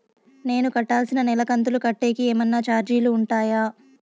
నేను కట్టాల్సిన నెల కంతులు కట్టేకి ఏమన్నా చార్జీలు ఉంటాయా?